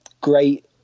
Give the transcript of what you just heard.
great